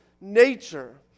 nature